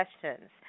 questions